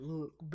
Look